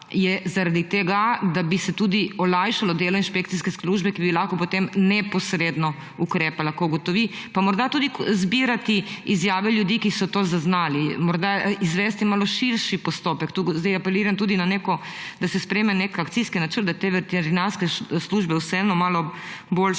je zaradi tega, da bi se tudi olajšalo delo inšpekcijske službe, ki bi lahko potem neposredno ukrepala, ko ugotovi; pa morda tudi zbirati izjave ljudi, ki so to zaznali, morda izvesti malo širši postopek. Tu zdaj apeliram, da se sprejme nek akcijski načrt, da te veterinarske službe vseeno malo boljše